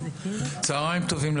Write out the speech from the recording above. צוהריים טובים.